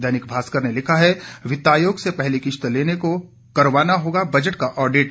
दैनिक भास्कर ने लिखा है वित्तायोग से पहली किश्त लेने को करवाना होगा बजट का ऑडिट